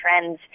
trends